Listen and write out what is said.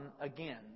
again